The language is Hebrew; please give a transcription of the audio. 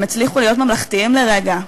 הם הצליחו להיות ממלכתיים לרגע,